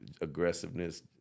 aggressiveness